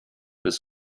was